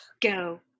go